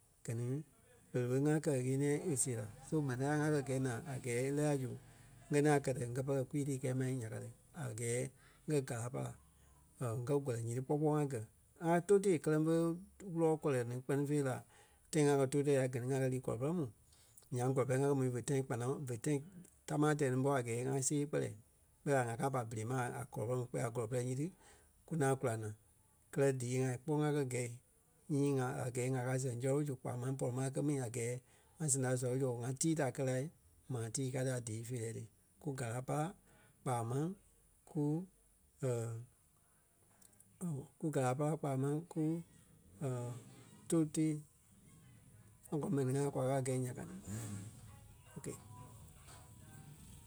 Gɛ ni berei fe ŋá kɛ-ɣeniɛi e siɣe la so mɛni ŋai ŋá kɛ́ gɛi naa a gɛɛ e lɛ́ɛ la zu ŋ́gɛ ŋaŋ kɛtɛ ŋ́gɛ pɛlɛ kwii-tii kɛi ma nya ka ti. A gɛɛ ŋ́gɛ gára pára ŋ́gɛ gɔ̀lɛ nyiti kpɔ́ kpɔɔi ŋa gɛ̀. ŋa tóu tee kɛlɛ fe wúlɔ kɔlɔ ní kpɛni fêi la tãi ŋa kɛ́ tóu tee la gɛ ni ŋa kɛ́ lii kɔlɔ pɛrɛ mu. Nyaŋ kɔlɔ pɛrɛ ŋa kɛ mu ve tãi kpanaŋɔɔ ve tãi tamaa tɛɛ ní ḿbɔ a gɛɛ ŋa see kpɛlɛɛ. Kpɛɛ la ŋá ka pai bere ma a- a kɔlɔ pɔrɔŋ mu kpɛɛ la kɔlɔ pɛrɛ nyiti ku ŋaŋ kula naa. Kɛ́lɛ dii ŋa kpɔ́ ŋá kɛ gɛi nyii ŋai a gɛɛ ŋa kaa sɛŋ sɔlɔ ɓɔ zu kpaa máŋ pɔri ma e kɛ́ mi a gɛɛ ŋa sɛŋ da sɔlɔ ɓo zu or ŋa tíi ta kɛ́ la maa tíi kaa ti a dii feerɛ ti. Kú gára pára kpaa máŋ kú kú gára pára kpaa máŋ ku tou tee. ŋa gɔlɔŋ mɛni ŋai kwa kaa gɛi nya ka ti. Ok